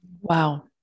Wow